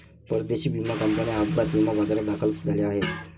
परदेशी विमा कंपन्या अपघात विमा बाजारात दाखल झाल्या आहेत